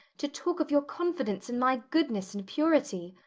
to talk of your confidence in my goodness and purity!